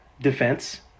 defense